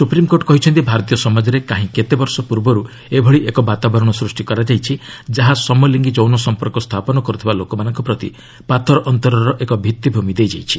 supreme court କହିଛନ୍ତି ଭାରତୀୟ ସମାଜରେ କାହିଁ କେତେ ବର୍ଷ ପୂର୍ବରୁ ଏଭଳି ଏକ ବାତାବରଣ ସ୍କ୍ଷି କରାଯାଇଛି ଯାହା ସମଲିଙ୍ଗି ଯୌନ ସମ୍ପର୍କ ସ୍ଥାପନ କର୍ରଥିବା ଲୋକମାନଙ୍କ ପ୍ରତି ପାତର ଅନ୍ତରର ଏକ ଭିଭିଭିମି ଦେଇ ଯାଇଛି